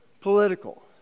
Political